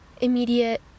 immediate